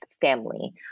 family